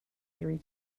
three